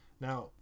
now